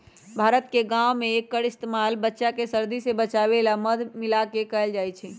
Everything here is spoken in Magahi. भारत के गाँव में एक्कर इस्तेमाल बच्चा के सर्दी से बचावे ला मध मिलाके कएल जाई छई